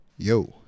Yo